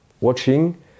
watching